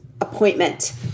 appointment